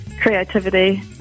creativity